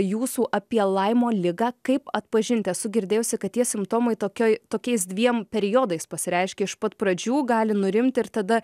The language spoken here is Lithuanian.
jūsų apie laimo ligą kaip atpažinti esu girdėjusi kad tie simptomai tokioj tokiais dviem periodais pasireiškia iš pat pradžių gali nurimti ir tada